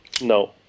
no